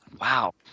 Wow